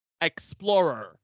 Explorer